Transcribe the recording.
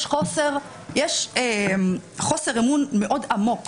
יש חוסר אמון מאוד עמוק